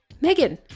Megan